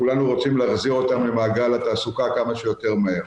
כולנו רוצים להחזיר אותם למעגל התעסוקה כמה שיותר מהר.